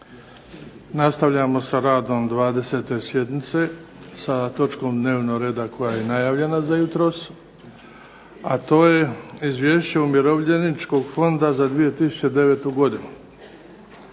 Nastavljamo sa radom 20. sjednice, sa točkom dnevnog reda koja je najavljena za jutros, a to je –- Izvješće umirovljeničkog fonda za 2009. godinu